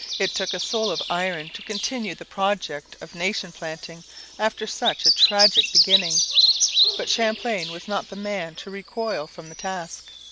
it took a soul of iron to continue the project of nation-planting after such a tragic beginning but champlain was not the man to recoil from the task.